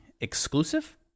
exclusive